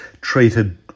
treated